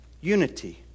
unity